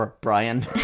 Brian